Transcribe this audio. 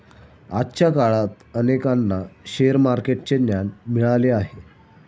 आजच्या काळात अनेकांना शेअर मार्केटचे ज्ञान मिळाले आहे